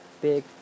big